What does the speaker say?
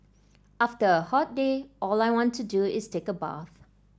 after a hot day all I want to do is take a bath